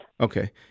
okay